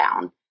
down